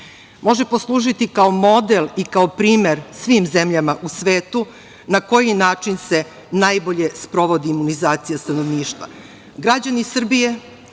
Može poslužiti kao model i kao primer svim zemljama u svetu na koji način se najbolje sprovodi imunizacija stanovništva. Građani Srbije